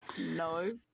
No